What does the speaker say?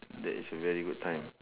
that is a very good time